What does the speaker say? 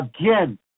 again